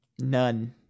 None